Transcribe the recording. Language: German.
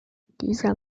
dieser